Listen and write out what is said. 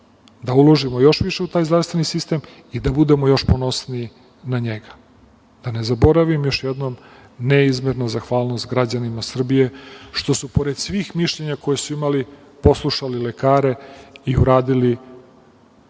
da uložimo još više u taj zdravstveni sistem i da budemo još ponosniji na njega. Da ne zaboravim još jednom, neizmerna zahvalnost građanima Srbije, što su pored svih mišljenja koja su imali, poslušali lekare i uradili